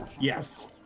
yes